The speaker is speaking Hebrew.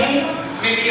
גם הוא מטירה,